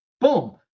boom